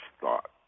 thought